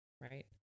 Right